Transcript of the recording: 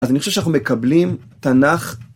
אז אני חושב שאנחנו מקבלים תנ״ך.